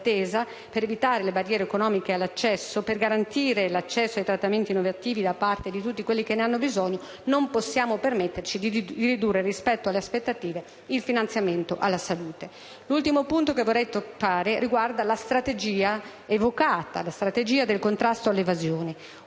L'ultimo punto che vorrei toccare riguarda la strategia, evocata, del contrasto all'evasione.